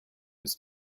was